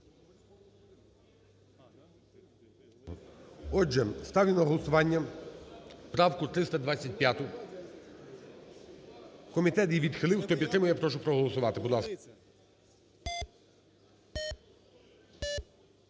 Отже, ставлю на голосування правку 325-у. Комітет її відхилив. Хто підтримує, прошу проголосувати.